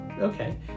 okay